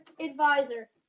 advisor